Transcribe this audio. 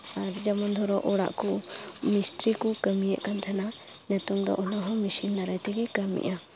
ᱟᱨ ᱡᱮᱢᱚᱱ ᱫᱷᱚᱨᱚ ᱚᱲᱟᱜ ᱠᱚ ᱢᱤᱥᱛᱨᱤ ᱠᱚ ᱠᱟᱹᱢᱤᱭᱮᱫ ᱠᱟᱱ ᱛᱟᱦᱮᱱᱟ ᱱᱤᱛᱳᱝ ᱫᱚ ᱚᱱᱟ ᱦᱚᱸ ᱢᱤᱥᱤᱱ ᱫᱟᱨᱟᱭ ᱛᱮᱜᱮ ᱠᱟᱹᱢᱤᱜᱼᱟ